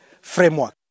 framework